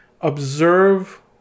observe